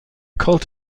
cult